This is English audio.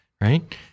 right